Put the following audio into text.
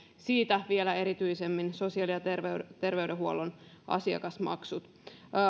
niistä vielä erityisemmin sosiaali ja terveydenhuollon asiakasmaksut